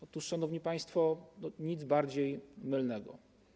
Otóż, szanowni państwo, nic bardziej mylnego.